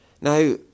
Now